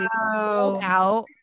out